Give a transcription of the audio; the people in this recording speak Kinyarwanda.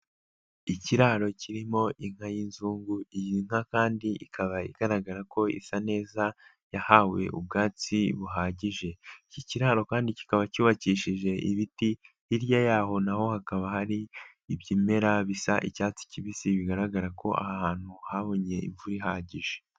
Ikiraro kirimo inka y'inzungu, iyi nka kandi ikaba igaragara ko isa neza yahawe ubwatsi buhagije, iki kiraro kandi kikaba cyubakishije ibiti, hirya yaho naho hakaba hari ibimera bisa icyatsi kibisi bigaragara ko ahantu habonye imvura ihagije.